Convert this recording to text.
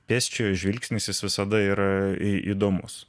pėsčiojo žvilgsnis jis visada yra įdomus